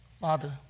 Father